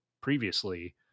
previously